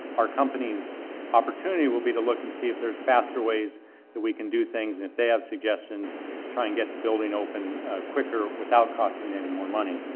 our company's opportunity will be to look and see if there's faster ways that we can do things. and if they have suggestions, just try and get the building open quicker without costing any more money.